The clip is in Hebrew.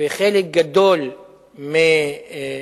וחלק גדול מקדימה